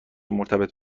مرتبط